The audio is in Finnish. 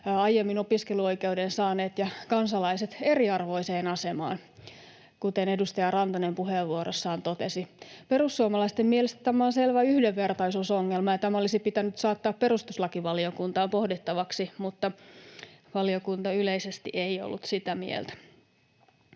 aiemmin opiskeluoikeuden saaneet kansalaiset eriarvoiseen asemaan, kuten edustaja Rantanen puheenvuorossaan totesi. Perussuomalaisten mielestä tämä on selvä yhdenvertaisuusongelma, ja tämä olisi pitänyt saattaa perustuslakivaliokuntaan pohdittavaksi, mutta valiokunta yleisesti ei ollut sitä mieltä.